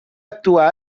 actuar